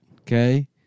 Okay